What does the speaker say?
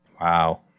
Wow